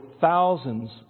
thousands